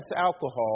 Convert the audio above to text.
alcohol